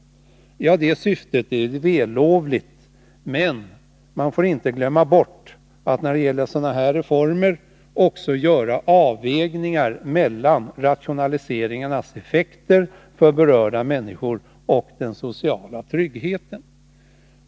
Det syftet är vällovligt, men när det gäller sådana här reformer får man inte glömma bort att göra avvägningar mellan rationaliseringarnas effekter för berörda människor och den sociala tryggheten.